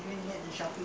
weekend cannot